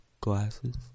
glasses